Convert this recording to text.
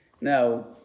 Now